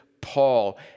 Paul